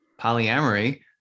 Polyamory